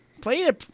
played